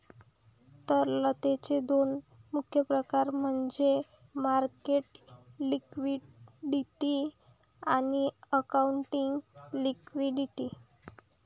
तरलतेचे दोन मुख्य प्रकार म्हणजे मार्केट लिक्विडिटी आणि अकाउंटिंग लिक्विडिटी